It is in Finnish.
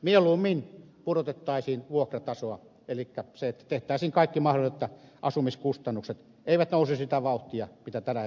mieluummin pudotettaisiin vuokratasoa elikkä tehtäisiin kaikki mahdollinen että asumiskustannukset eivät nousisi sitä vauhtia mitä ne tällä hetkellä ovat nousseet